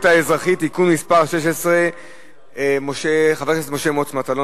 האזרחית (תיקון מס' 16). חבר הכנסת משה מוץ מטלון,